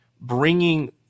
bringing